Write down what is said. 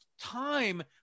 time